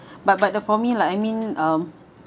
but but the for me like I mean um